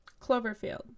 Cloverfield